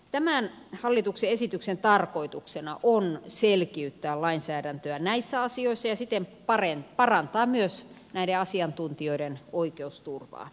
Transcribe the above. tämän hallituksen esityksen tarkoituksena on selkiyttää lainsäädäntöä näissä asioissa ja siten parantaa myös näiden asiantuntijoiden oikeusturvaa